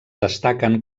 destaquen